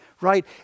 right